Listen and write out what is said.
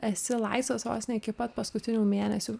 esi laisvas vos ne iki pat paskutinių mėnesių